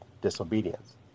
disobedience